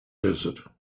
desert